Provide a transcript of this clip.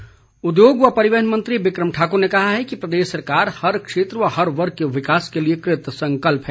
बिक्रम सिंह उद्योग व परिवहन मंत्री बिक्रम ठाक्र ने कहा है कि प्रदेश सरकार हर क्षेत्र व हर वर्ग के विकास के लिए कृतसंकल्प है